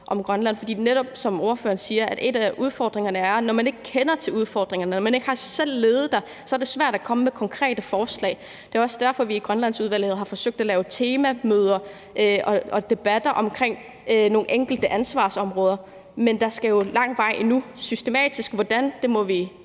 til Grønland, for som ordføreren siger, er en af udfordringerne netop, at når man ikke kender til udfordringerne og ikke selv har levet der, så er det svært at komme med konkrete forslag. Det er også derfor, at vi i Grønlandsudvalget har forsøgt at lave temamøder og debatter om nogle enkelte ansvarsområder, men der er jo lang vej endnu. Hvordan vi